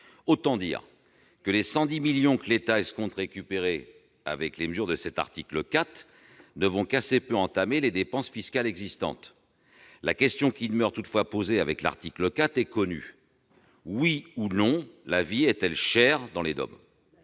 Autant dire que les 110 millions d'euros que l'État escompte récupérer avec les mesures de cet article 4 ne vont qu'assez peu entamer les dépenses fiscales existantes. La question qui demeure toutefois posée, s'agissant de l'article 4, est connue : oui ou non la vie est-elle chère dans les DOM,